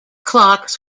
clocks